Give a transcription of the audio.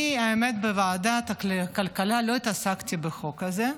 האמת היא שבוועדת הכלכלה לא התעסקתי בחוק הזה,